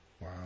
Wow